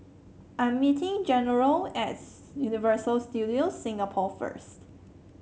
I'm meeting General at Universal Studios Singapore first